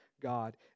god